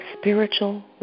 spiritual